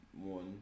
one